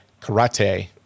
Karate